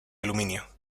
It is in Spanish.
aluminio